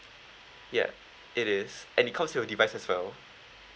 ya it is and it comes with a device as well